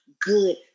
good